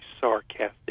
sarcastic